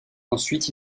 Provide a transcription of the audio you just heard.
ensuite